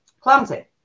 clumsy